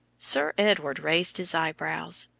sir edward raised his eyebrows.